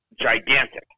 gigantic